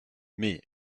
mais